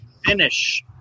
Finish